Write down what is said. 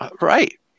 Right